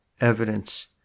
evidence